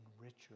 richer